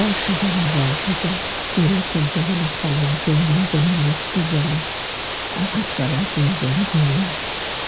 করষ করারা বল থেকে দূরে খেলতে গেলে খেলোয়াড়কে অন্য কোনো লক্ষ বলে আঘাত করার প্রয়োজন হয় না